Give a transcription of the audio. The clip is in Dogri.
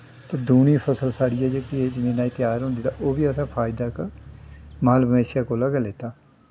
दुगनी फसल साढ़ी जेह्की जमीनां च त्यार होंदी तां ओह् बी असें फैदा इक माल मवेशियें कोला गै लैत्ता